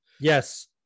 yes